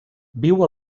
viu